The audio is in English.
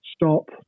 stop